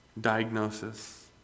diagnosis